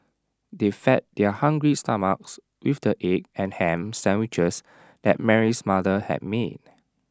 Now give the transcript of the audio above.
they fed their hungry stomachs with the egg and Ham Sandwiches that Mary's mother had made